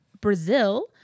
Brazil